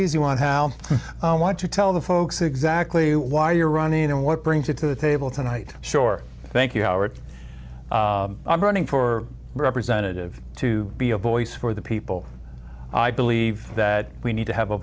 easy one how i want to tell the folks exactly why you're running and what brings you to the table tonight sure thank you howard i'm running for representative to be a voice for the people i believe that we need to have a